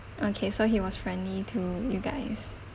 okay so he was friendly to you guys